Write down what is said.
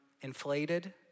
inflated